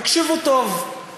תקשיבו טוב.